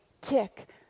tick